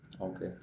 Okay